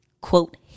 quote